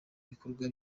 bikorwa